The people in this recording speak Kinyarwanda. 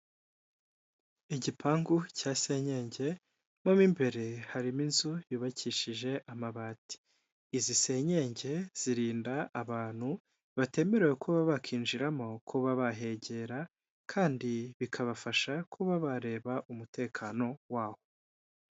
Igipangu cya senyenge, mo mu imbere harimo inzu yubakishije amabati, izi senyenge zirinda abantu batemerewe kuba bakinjiramo kuba bahegera kandi bikabafasha kuba bareba umutekano waho.